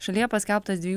šalyje paskelbtas dviejų